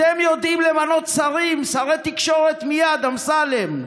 אתם יודעים למנות שרים: שרי תקשורת, מייד, אמסלם,